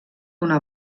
una